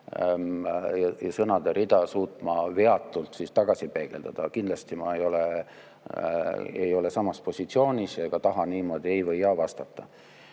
sõnade rida! – suutma veatult tagasi peegeldada. Kindlasti ma ei ole samas positsioonis ega taha niimoodi "ei" või "jah" vastata.